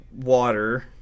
water